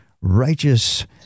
righteous